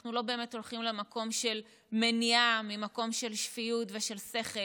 שאנחנו לא באמת הולכים למקום של מניעה ממקום של שפיות ושל שכל